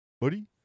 buddy